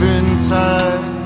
inside